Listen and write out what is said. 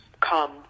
come